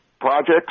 projects